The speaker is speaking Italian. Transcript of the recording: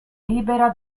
libera